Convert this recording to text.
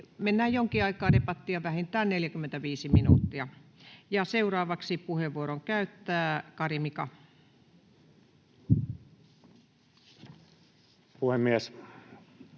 Mennään jonkin aikaa debattia, vähintään 45 minuuttia. — Ja seuraavaksi puheenvuoron käyttää Kari, Mika. Puhemies!